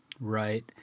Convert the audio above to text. Right